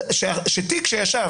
תיק שישב